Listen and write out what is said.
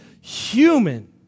human